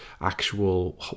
actual